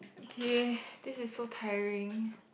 okay this is so tiring